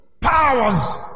powers